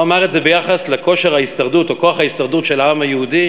הוא אמר את זה ביחס לכוח ההישרדות של העם היהודי